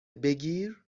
بگیر